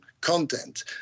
Content